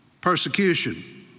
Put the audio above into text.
Persecution